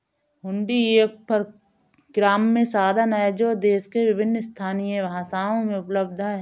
हुंडी एक परक्राम्य साधन है जो देश में विभिन्न स्थानीय भाषाओं में उपलब्ध हैं